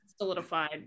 solidified